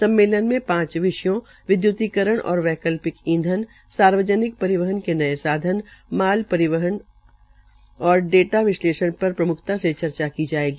सम्मेलन में पांच विषयों विद्युतीकरण और वैकल्पिक ईधन सार्वजनिक परिवहन के नये साधन माल परिवहन और डेटा विश्लेषण पर प्रम्खता के चर्चा होगी